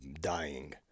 dying